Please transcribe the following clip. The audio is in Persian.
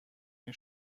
های